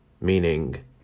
meaning